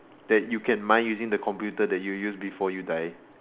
that you can mine using the computer that you used before you die